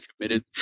committed